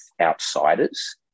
outsiders